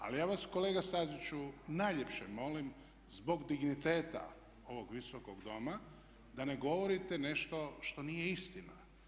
Ali ja vas kolega Staziću najljepše molim zbog digniteta ovog Visokog doma da ne govorite nešto što nije istina.